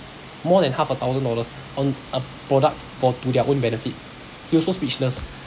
more than half a thousand dollars on a product for to their own benefit he also speechless